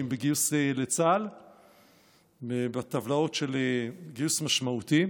בגיוס לצה"ל בטבלאות של גיוס משמעותי.